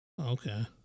Okay